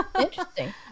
Interesting